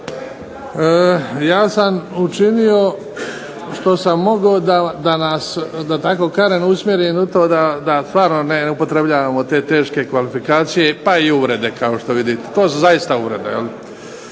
Ja sam učinio što sam mogao da nas da tako kažem usmjeri na to da stvarno ne upotrebljavamo te teške kvalifikacije pa i uvrede kao što vidite. To su zaista uvrede.